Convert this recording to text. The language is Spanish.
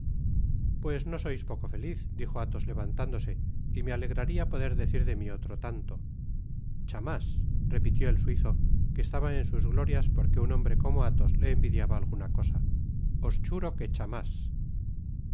pues no sois poco feliz dijo athos levantándose y me alegraría poder decir de mí otro tanto chamás repitió el suizo que estaba en sus glorias porque un hombre como athos le envidiaba alguna cosa os churo que chamás